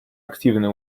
активные